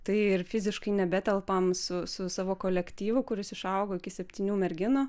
tai ir fiziškai nebetelpam su su savo kolektyvu kuris išaugo iki septynių merginų